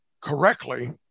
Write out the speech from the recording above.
correctly